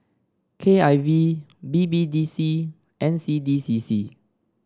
K I V B B D C N C D C C